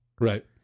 Right